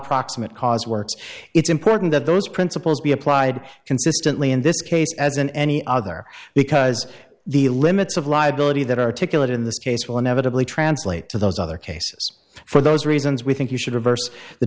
proximate cause works it's important that those principles be applied consistently in this case as in any other because the limits of liability that articulate in this case will inevitably translate to those other cases for those reasons we think you should reverse the